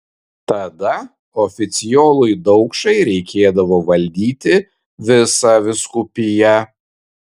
tada oficiolui daukšai reikėdavo valdyti visą vyskupiją